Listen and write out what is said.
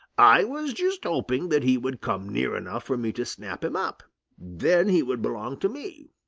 i was just hoping that he would come near enough for me to snap him up then he would belong to me.